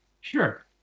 Sure